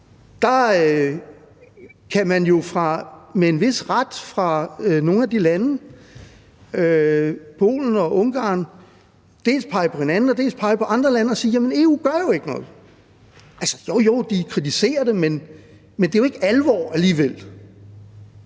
der kan man med en vis ret fra nogle af de landes side, Polen og Ungarn, dels pege på hinanden, dels pege på andre lande og sige: Jamen EU gør jo ikke noget. Altså, jo, de kritiserer det, men det er jo ikke alvor alligevel.